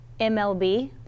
MLB